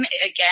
again